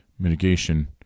Mitigation